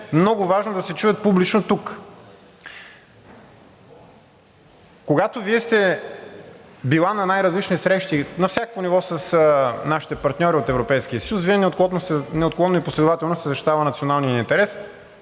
много важно да се чуят публично тук. Когато Вие сте били на най-различни срещи на всякакво ниво с нашите партньори от Европейския съюз, Вие неотклонно и последователно сте защитавала националния интерес,